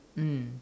mm